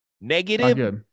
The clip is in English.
negative